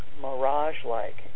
mirage-like